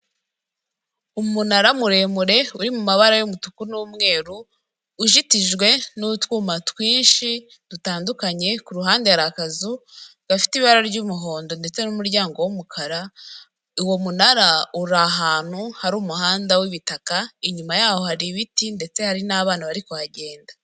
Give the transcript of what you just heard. Umunara muremure uri mu mabara y'umutuku n'umweru, ujitijwe n'utwuma twinshi dutandukanye, ku ruhande hari akazu gafite ibara ry'umuhondo ndetse n'umuryango w'umukara, uwo munara uri ahantu hari umuhanda w'ibitaka, inyuma yaho hari ibiti ndetse hari n'abana bari kuhagenda.